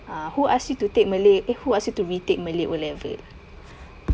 uh who ask you to take malay eh who ask you to retake malay O level